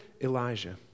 Elijah